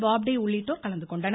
பாப்டே உள்ளிட்டோர் கலந்து கொண்டனர்